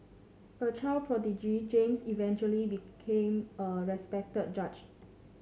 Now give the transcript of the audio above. a child prodigy James eventually became a respected judge